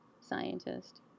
scientist